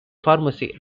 pharmacy